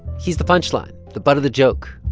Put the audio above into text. he's the punchline, the butt of the joke.